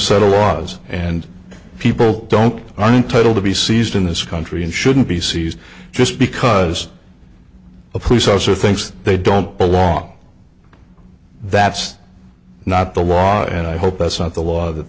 set of laws and people don't are entitle to be seized in this country and shouldn't be seized just because a police officer thinks they don't belong that's not the law and i hope that's not the law that